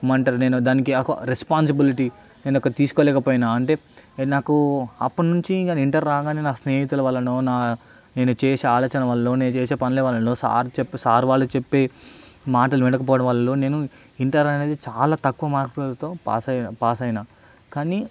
ఏమంటారు నేను దానికి రెస్పాన్సిబిలిటీ నేను అప్పుడు తీసుకోలేకపోయినా అంటే నాకు అప్పుడు నుంచి నేను ఇంటర్ రాంగానే నా స్నేహితులవలనో నా నేను చేసే ఆలోచనవలనో నేను చేసే పనులవలనో సార్లు చెప్పే సార్ వాళ్లు చెప్పే మాటలు వినకపోవడంవల్లనో నేను ఇంటర్ అనేది చాలా తక్కువ మార్కులతో పాసైనా పాసైనా కానీ